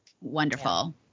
Wonderful